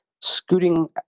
scooting